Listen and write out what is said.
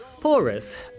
Porous